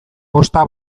posta